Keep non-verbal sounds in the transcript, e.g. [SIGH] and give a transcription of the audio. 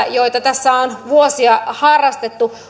[UNINTELLIGIBLE] joita tässä on vuosia harrastettu eivät kestä